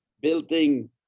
building